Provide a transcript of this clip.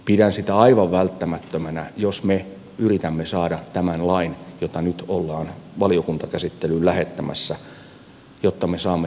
pidän sitä aivan välttämättömänä jos me yritämme saada tämän lain jota nyt ollaan valiokuntakäsittelyyn lähettämässä toimimaan